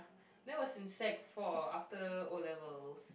that was in sec four after O-levels